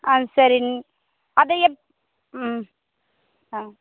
ஆ சரிங் அது எப் ம் ஆ